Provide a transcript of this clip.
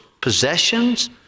possessions